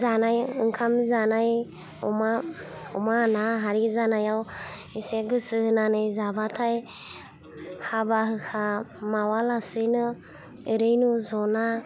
जानाय ओंखाम जानाय अमा अमा ना हारि जानायाव इसे गोसो होनानै जाबाथाय हाबा हुखा मावा लासेनो एरैनो ज'ना